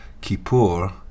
Kippur